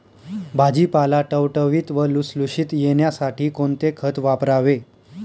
भाजीपाला टवटवीत व लुसलुशीत येण्यासाठी कोणते खत वापरावे?